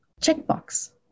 checkbox